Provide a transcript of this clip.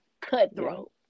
cutthroat